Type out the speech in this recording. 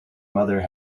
mother